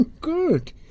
Good